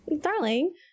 Darling